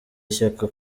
ishyaka